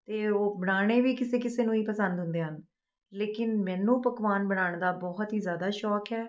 ਅਤੇ ਉਹ ਬਣਾਉਣੇ ਵੀ ਕਿਸੇ ਕਿਸੇ ਨੂੰ ਹੀ ਪਸੰਦ ਹੁੰਦੇ ਹਨ ਲੇਕਿਨ ਮੈਨੂੰ ਪਕਵਾਨ ਬਣਾਉਣ ਦਾ ਬਹੁਤ ਹੀ ਜ਼ਿਆਦਾ ਸ਼ੌਂਕ ਹੈ